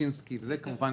ששינסקי וכולי,